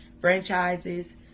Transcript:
franchises